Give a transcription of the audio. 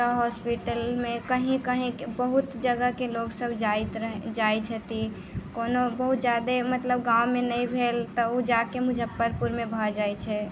तऽ हॉस्पिटलमे कहीँ कहीँ बहुत जगहके लोकसब जाइत रहै जाइ छथिन कोनो बहुत ज्यादे मतलब गाँवमे नहि भेल तऽ ओ जाकऽ मुजफ्फरपुरमे भऽ जाइ छै